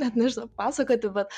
net nežinau pasakoti bet